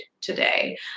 today